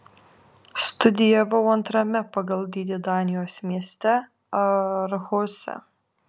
studijavau antrame pagal dydį danijos mieste aarhuse